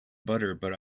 butter